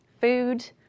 food